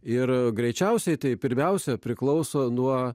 ir greičiausiai tai pirmiausia priklauso nuo